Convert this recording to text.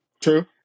True